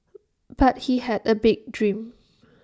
but he had A big dream